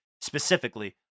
specifically